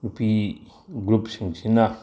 ꯅꯨꯄꯤ ꯒ꯭ꯔꯨꯞꯁꯤꯡꯁꯤꯅ